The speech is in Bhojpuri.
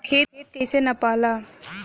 खेत कैसे नपाला?